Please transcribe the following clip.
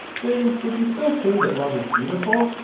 then would you still say that love is beautiful?